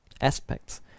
aspects